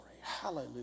Hallelujah